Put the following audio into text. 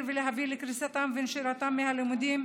ולהביא לקריסתם ולנשירתם מהלימודים,